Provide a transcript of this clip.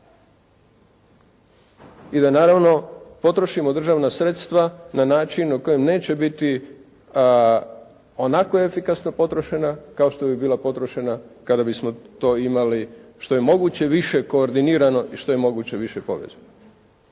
i da naravno potrošimo državna sredstva na način na koji neće biti onako efikasno potrošena kao što bi bila potrošena kada bismo to imali što je moguće više koordinirano i što je moguće više povezano.